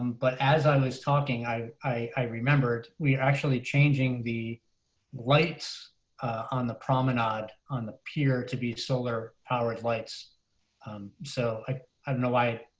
um but as i was talking, i i remembered. we're actually changing the lights on the promenade on the pier to be solar powered lights um so i i don't know i